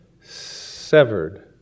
severed